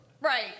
Right